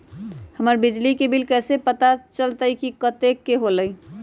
हमर बिजली के बिल कैसे पता चलतै की कतेइक के होई?